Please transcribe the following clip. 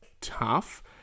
tough